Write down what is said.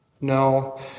No